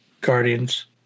guardians